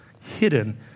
hidden